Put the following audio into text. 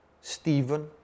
Stephen